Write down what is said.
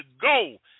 go